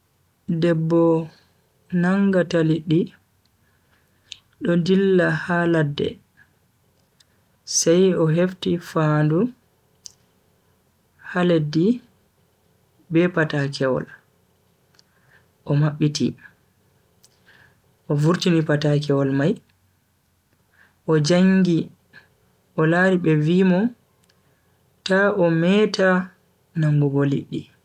Debbo nangata liddi do dilla ha ladde sai o hefti fandu ha leddi be patakewol o mabbiti o vurtini patakewol mai o jangi o lari be vi mo ta o meta nangugo liddi.